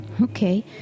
Okay